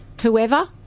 whoever